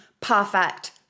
perfect